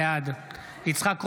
בעד יצחק קרויזר,